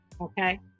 okay